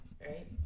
Right